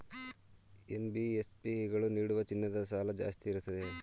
NBFC ಗಳು ನೀಡುವ ಚಿನ್ನದ ಸಾಲ ಜಾಸ್ತಿ ಇರುತ್ತದೆಯೇ?